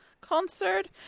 concert